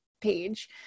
page